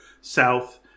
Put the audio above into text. south